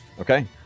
Okay